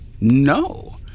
No